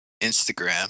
instagram